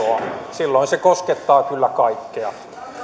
silloin se koskettaa kyllä kaikkea